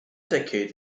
decade